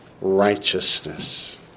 righteousness